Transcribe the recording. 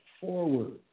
forward